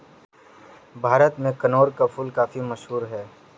भारत में कनेर का फूल काफी मशहूर है